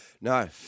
No